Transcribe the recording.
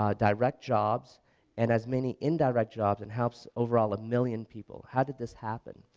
um direct jobs and as many indirect jobs and helps overall a million people, how did this happen?